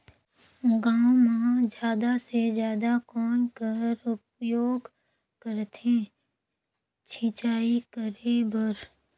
गांव म जादा से जादा कौन कर उपयोग करथे सिंचाई करे बर?